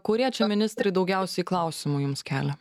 kurie čia ministrai daugiausiai klausimų jums kelia